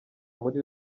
muri